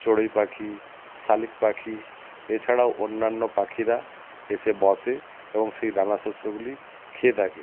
চড়ুই পাখি শালিক পাখি এছাড়াও অন্যান্য পাখিরা এসে বসে এবং সেই দানাশস্যগুলি খেয়ে থাকে